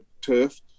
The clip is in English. turf